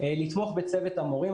לתמוך בצוות המורים.